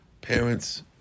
parents